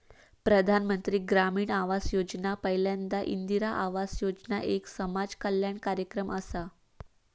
प्रधानमंत्री ग्रामीण आवास योजना पयल्यांदा इंदिरा आवास योजना एक समाज कल्याण कार्यक्रम असा